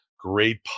great